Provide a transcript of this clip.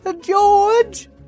George